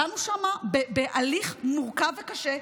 דנו שם בהליך מורכב וקשה,